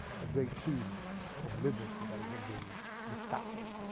the great theme of liberty that we have been discussing,